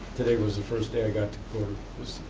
today was the first day i got to go, the